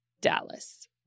Dallas